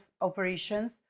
operations